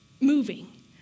moving